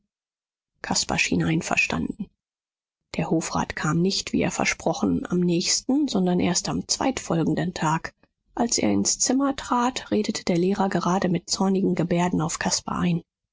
caspar schien einverstanden der hofrat kam nicht wie er versprochen am nächsten sondern erst am zweitfolgenden tag als er ins zimmer trat redete der lehrer gerade mit zornigen gebärden auf caspar ein